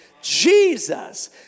Jesus